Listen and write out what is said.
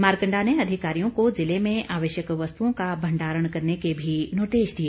मारकंडा ने अधिकारियों को जिले में आवश्यक वस्तुओं का भंडारण करने के भी निर्देश दिए